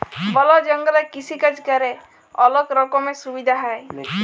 বল জঙ্গলে কৃষিকাজ ক্যরে অলক রকমের সুবিধা হ্যয়